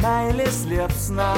meilės liepsna